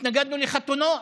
התנגדנו לחתונות.